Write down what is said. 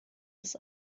des